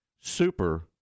super